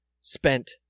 spent